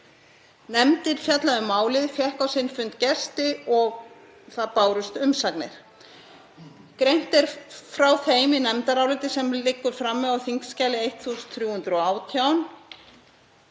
Nefndin fjallaði um málið, fékk á sinn fund gesti og bárust umsagnir. Greint er frá því í nefndaráliti sem liggur frammi á þskj. 1318.